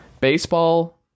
Baseball